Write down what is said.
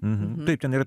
nu ten ir